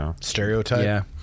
stereotype